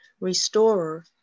restorer